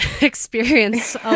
experience